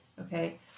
okay